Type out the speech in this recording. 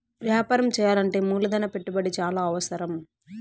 వ్యాపారం చేయాలంటే మూలధన పెట్టుబడి చాలా అవసరం